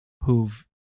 who've